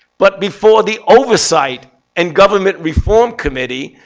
but before the oversight and government reform committee,